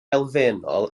elfennol